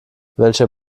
welcher